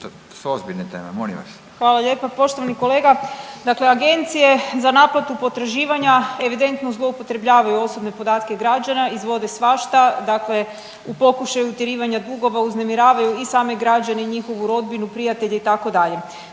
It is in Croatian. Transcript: Andreja (SDP)** Hvala lijepa. Poštovani kolega, dakle Agencije za naplatu potraživanja evidentno zloupotrebljavaju osobne podatke građana, izvode svašta. Dakle, u pokušaju utjerivanja dugova uznemiravaju i same građane i njihovu rodbinu, prijatelje itd.